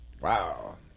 Wow